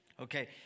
Okay